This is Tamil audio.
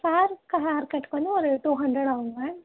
ஹேருக்கு ஹேர் கட்டுக்கு வந்து ஒரு டூ ஹண்ட்ரெட் ஆகுங்க